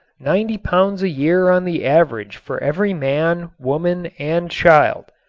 ninety pounds a year on the average for every man, woman and child.